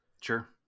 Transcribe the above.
Sure